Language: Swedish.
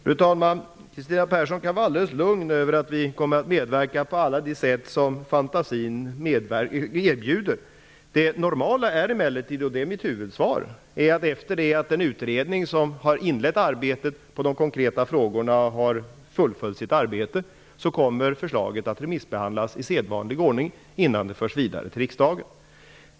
Fru talman! Kristina Persson kan vara alldeles lugn för att vi kommer att medverka på alla de sätt som fantasin erbjuder. Det normala är emellertid -- och det är mitt huvudsvar -- att efter det att en utredning som har inlett arbetet med de konkreta frågorna har fullföljt sitt arbete, kommer förslaget att remissbehandlas i sedvanlig ordning innan det förs vidare till riksdagen.